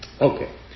Okay